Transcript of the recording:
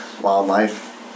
wildlife